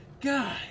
God